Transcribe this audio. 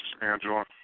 Angela